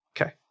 Okay